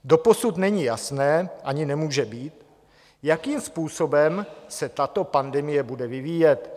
Doposud není jasné a ani nemůže být, jakým způsobem se tato pandemie bude vyvíjet.